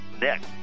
next